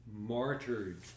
martyred